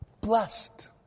blessed